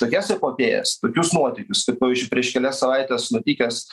tokias epopėjas tokius nuotykius tai pavyzdžiui prieš kelias savaites nutikęs